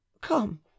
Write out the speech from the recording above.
come